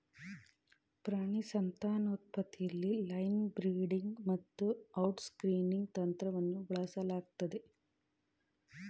ಪ್ರಾಣಿ ಸಂತಾನೋತ್ಪತ್ತಿಲಿ line breeding ಮತ್ತುಔಟ್ಕ್ರಾಸಿಂಗ್ನಂತಂತ್ರವನ್ನುಬಳಸಲಾಗ್ತದೆ